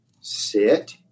sit